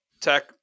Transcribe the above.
tech